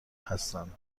هستند